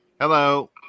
Hello